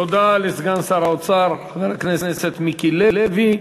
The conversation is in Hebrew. תודה לסגן שר האוצר, חבר הכנסת מיקי לוי.